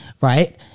right